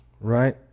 Right